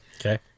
Okay